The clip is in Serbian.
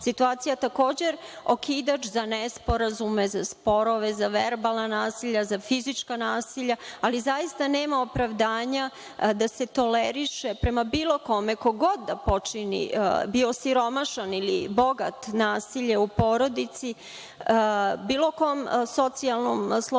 situacija takođe okidač za nesporazume, za sporove, za verbalna nasilja, za fizička nasilja, ali zaista nema opravdanja da se toleriše prema bilo kome, ko god da počini, bilo siromašan ili bogat, nasilje u porodici, bilo kom socijalnom sloju